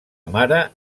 mare